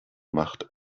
macht